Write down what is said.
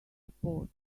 support